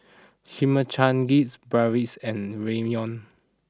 Chimichangas Bratwurst and Ramyeon